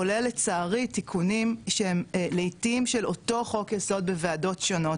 כולל לצערי תיקונים שהם לעתים של אותו חוק יסוד בוועדות שונות,